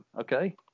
Okay